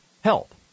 Help